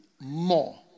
more